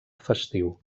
festiu